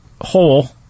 hole